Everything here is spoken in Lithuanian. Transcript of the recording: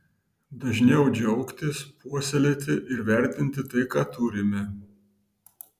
dažniau džiaugtis puoselėti ir vertinti tai ką turime